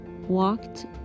walked